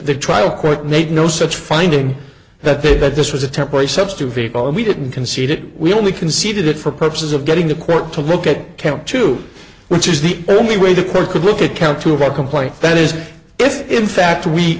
the trial court made no such finding that they that this was a temporary substitute people and we didn't concede it we only conceded it for purposes of getting the court to look at camp two which is the only way to put could look at count two of our complaint that is if in fact we